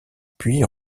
puis